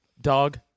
dog